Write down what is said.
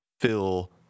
fill